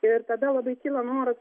ir tada labai kyla noras